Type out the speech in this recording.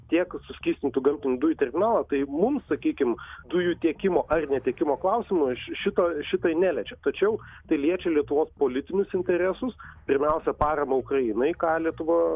tiek suskystintų gamtinių dujų terminalo tai mum sakykim dujų tiekimo ar netiekimo klausimo aš šito šitą ji neliečia tačiau tai liečia lietuvos politinius interesus pirmiausia paramą ukrainai ką lietuva